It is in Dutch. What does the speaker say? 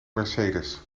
mercedes